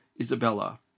Isabella